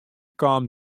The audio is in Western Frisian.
kaam